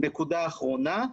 נקודה אחרונה.